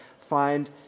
find